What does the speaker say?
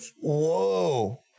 Whoa